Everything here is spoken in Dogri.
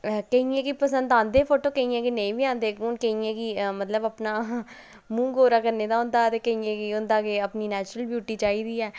केइयें गी पसंद औंदे फोटू केइयें गी नेईं बी औंदे हुन केइयें गी मतलब अपना मूंह् गोरा करने दा होंदा ते केइयें गी होंदा कि अपनी नैचुरल ब्यूटी चाहिदी ऐ